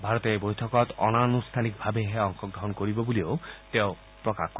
ভাৰতে এই বৈঠকত অনানুষ্ঠানিকভাৱেহে অংশগ্ৰহণ কৰিব বুলিও তেওঁ প্ৰকাশ কৰে